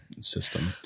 system